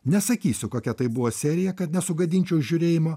nesakysiu kokia tai buvo serija kad nesugadinčiau žiūrėjimo